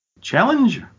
Challenge